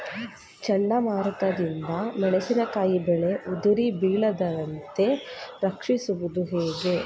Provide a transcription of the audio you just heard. ಚಂಡಮಾರುತ ದಿಂದ ಮೆಣಸಿನಕಾಯಿ ಬೆಳೆ ಉದುರಿ ಬೀಳದಂತೆ ರಕ್ಷಿಸುವುದು ಹೇಗೆ?